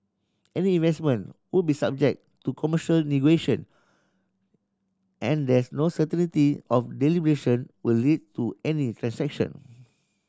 any investment would be subject to commercial negotiation and there's no of deliberation will lead to any transaction